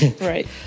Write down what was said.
Right